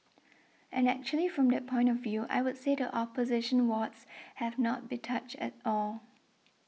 and actually from that point of view I would say the opposition wards have not been touched at all